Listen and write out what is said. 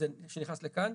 שנכנס לכאן,